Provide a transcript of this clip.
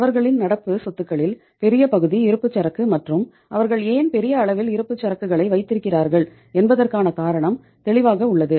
அவர்களின் நடப்பு சொத்துக்களில் பெரிய பகுதி இறப்புச்சரக்கு மற்றும் அவர்கள் ஏன் பெரிய அளவில் இருப்புச்சரக்குகளை வைத்திருக்கிறார்கள் என்பதற்கான காரணம் தெளிவாக உள்ளது